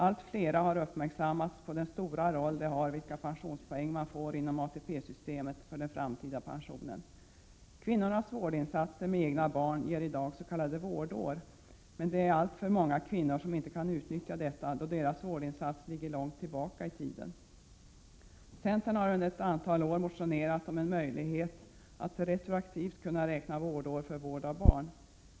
Allt fler har uppmärksammats på den stora roll som de pensionspoäng man får inom ATP-systemet har för den framtida pensionen. Kvinnornas vårdinsatser med egna barn ger i dag s.k. vårdår, men det är alltför många kvinnor som inte kan utnyttja detta då deras vårdinsats ligger långt tillbaka i tiden. Centern har under ett antal år motionerat om en möjlighet att retroaktivt kunna räkna vårdår för vård av barn.